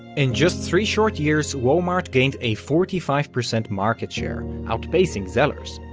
in just three short years walmart gained a forty five percent market share, outpacing zellers.